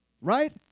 right